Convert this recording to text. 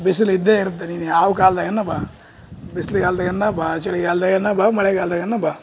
ಬಿಸಿಲು ಇದ್ದೇ ಇರುತ್ತೆ ನೀನು ಯಾವ ಕಾಲ್ದಗೇನು ಬಾ ಬಿಸ್ಲುಗಾಲ್ದಯನ್ನ ಬಾ ಚಳಿಗಾಲ್ದಯನ್ನ ಬಾ ಮಳೆಗಾಲ್ದಯನ್ನ ಬಾ